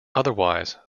otherwise